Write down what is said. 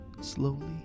slowly